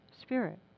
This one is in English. spirit